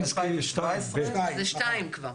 זה 2 כבר.